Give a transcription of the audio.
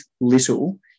little